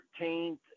13th